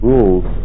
Rules